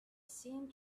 seen